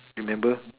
remember